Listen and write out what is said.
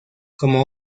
como